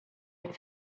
and